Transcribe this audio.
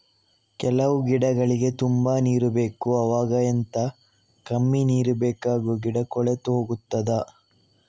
ಕೆಲವು ಗಿಡಗಳಿಗೆ ತುಂಬಾ ನೀರು ಬೇಕು ಅವಾಗ ಎಂತ, ಕಮ್ಮಿ ನೀರು ಬೇಕಾಗುವ ಗಿಡ ಕೊಳೆತು ಹೋಗುತ್ತದಾ?